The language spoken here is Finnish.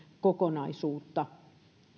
kokonaisuutta